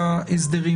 ההסדרים.